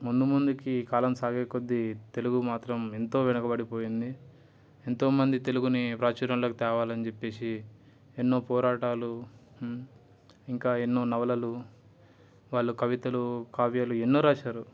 ముందు ముందుకి కాలం సాగే కొద్ది తెలుగు మాత్రం ఎంతో వెనకబడిపోయింది ఎంతోమంది తెలుగుని ప్రాచుర్యంలోకి తేవాలి అని చెప్పేసి ఎన్నో పోరాటాలు ఇంకా ఎన్నో నవలలు వాళ్ళు కవితలు కావ్యాలు ఎన్నో రాశారు